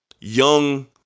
young